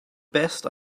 best